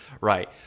Right